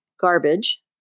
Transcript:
garbage